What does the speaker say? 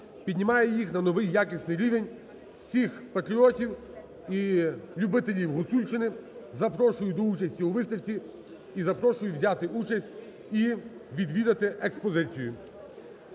піднімає їх на новий якісний рівень. Всіх патріотів і любителів Гуцульщини запрошую до участі у виставці і запрошую взяти участь і відвідати експозицію.